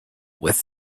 with